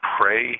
pray